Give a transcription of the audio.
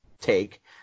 take